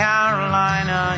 Carolina